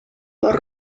por